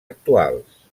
actuals